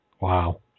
Wow